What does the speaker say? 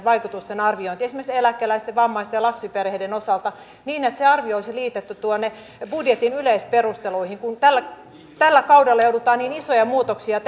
vaikutusten arviointi esimerkiksi eläkeläisten vammaisten ja lapsiperheiden osalta niin että se arvio olisi liitetty tuonne budjetin yleisperusteluihin kun tällä tällä kaudella joudutaan niin isoja muutoksia